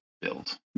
build